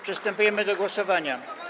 Przystępujemy do głosowania.